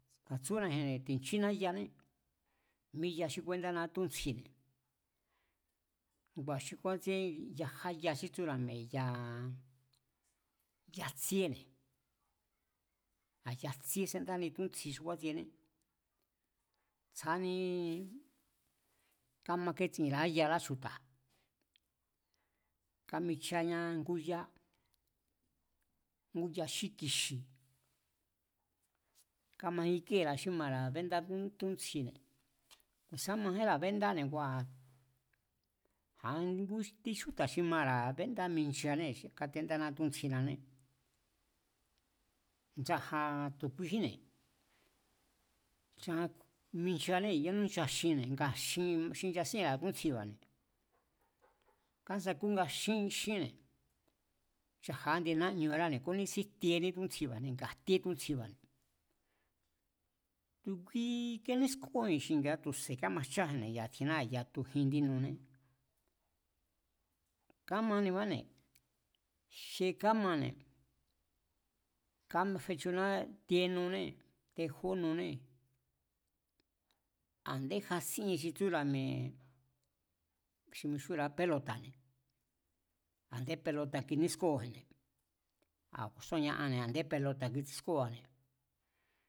A̱ tsúnaji̱nne̱ ti̱jnchíná yané míya xí kúendániá túntsjine̱, ngua̱ xi kúátsieé yajá ya xí tsúra̱ mi̱e̱ yaa yajtsíéne̱, a̱ yajtsíé sendáni túntsji xi kúátsiené, tsjání kámaketsínra̱á yará chju̱ta̱, kámicháña ngú yá, ngu ya xí kixi̱, kámaíkéra̱a xí mara̱ bendá túntsjine̱ ku̱ sá majínra̱ béndáne̱ ngua̱ a̱ ngu indi chjúta̱ xi mara̱ bendá mijnchianée̱, káténdáná túntsjinané chaja tu̱ kuijínne̱, chaja mijnchianée̱ yánú ncha xinne̱ ngaa̱ xin xinchasíénra̱ túntsjiba̱ne̱ kásakúnga xínne̱, chajanga índi náñuráne̱ kúnísín jtiení túntsjiba̱ne̱ nga jtíé túntsjiba̱ne̱, tu̱ kui kánískóo̱ji̱n xi ya̱a tu̱se̱ kámajcháji̱nne̱ ya̱a tjinnáji̱n yatu jin indí nunée̱, kámanibáne̱ xi kámane̱ káfechuná tienuné, tejó nuné, a̱ndé jasien xi tsúra̱ mi̱e̱ xi mixúnra̱a pelota̱ne̱, a̱nde pelota̱ kinískóo̱ji̱nne̱, a̱ ku̱a̱sín ku̱nia anne̱ a̱ndé pelota̱ kitsískóo̱ane̱